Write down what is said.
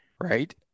right